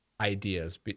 ideas